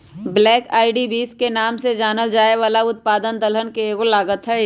black eyed beans के नाम से जानल जाये वाला उत्पाद दलहन के एगो लागत हई